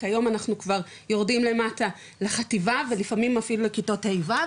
כיום אנחנו כבר יורדים למטה לחטיבה ולפעמים אפילו לכיתות ה'-ו',